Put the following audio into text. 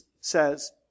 says